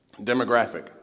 demographic